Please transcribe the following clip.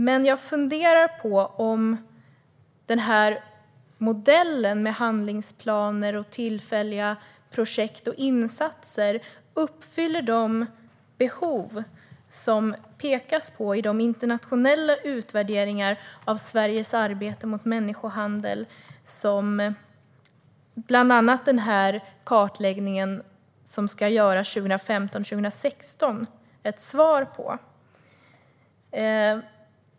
Men jag funderar på om modellen med handlingsplaner och tillfälliga projekt och insatser uppfyller de behov som det pekas på i de internationella utvärderingar av Sveriges arbete mot människohandel som bland annat den kartläggning som ska göras 2015-2016 är ett svar på.